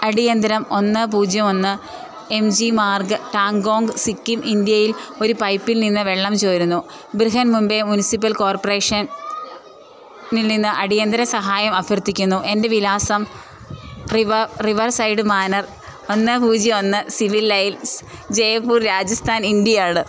അടിയന്തിരം ഒന്ന് പൂജ്യം ഒന്ന് എം ജി മാർഗ് ട്ടാങ് കോങ്ങ് സിക്കിം ഇന്ത്യയിൽ ഒരു പൈപ്പിൽ നിന്ന് വെള്ളം ചോരുന്നു ബ്രിഹൻ മുംബൈ മുനിസിപ്പൽ കോർപറേഷൻ ഇൽ നിന്ന് അടിയന്തിര സഹായം അഭ്യർത്ഥിക്കുന്നു എൻ്റെ വിലാസം റിവ റിവർ സൈഡ് മാനർ ഒന്ന് പൂജ്യം ഒന്ന് സിവിൽ ലൈൻസ് ജയപ്പൂർ രാജസ്ഥാൻ ഇന്ത്യയാണ്